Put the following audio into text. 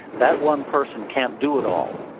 that one person can't do it all.